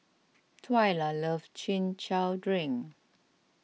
Twyla loves Chin Chow Drink